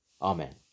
Amen